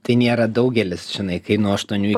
tai nėra daugelis žinai kai nuo aštuonių